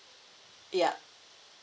ya